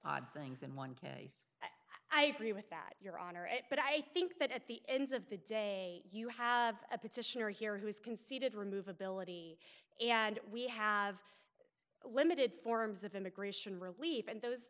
odd things in one case i agree with that your honor it but i think that at the ends of the day you have a petitioner here who has conceded remove ability and we have a limited forms of immigration relief and those